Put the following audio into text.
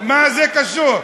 מה זה קשור?